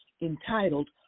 entitled